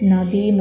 Nadi